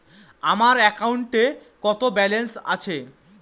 আমার অ্যাকাউন্টে কত ব্যালেন্স আছে?